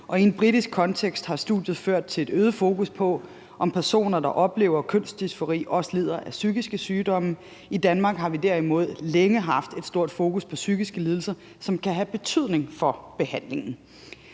og i en britisk kontekst har studiet ført til et øget fokus på, om personer, der oplever kønsdysfori, også lider af psykiske sygdomme. I Danmark har vi derimod længe haft et stort fokus på psykiske lidelser, som kan have betydning for behandlingen.